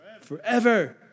forever